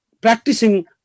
practicing